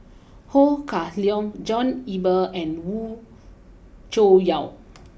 Ho Kah Leong John Eber and Cho Yaw